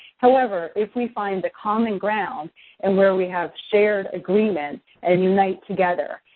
however, if we find the common ground and where we have shared agreement and unite together,